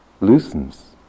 loosens